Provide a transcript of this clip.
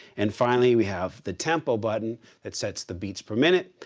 and finally, we have the tempo button that sets the beats per minute.